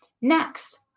Next